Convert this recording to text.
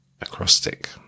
acrostic